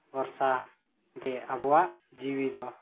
ᱵᱷᱚᱨᱥᱟ ᱜᱮ ᱟᱵᱚᱣᱟᱜ ᱡᱤᱣᱤᱫᱚ